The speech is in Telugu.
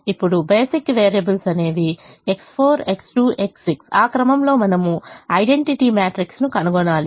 ఇప్పుడు బేసిక్ వేరియబుల్స్ అనేవి X4 X2 X6 ఆ క్రమంలో మనము ఐడెంటిటీ మ్యాట్రిక్స్ ను కనుగొనాలి